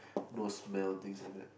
those smell things like that